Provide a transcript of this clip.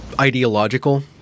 Ideological